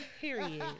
Period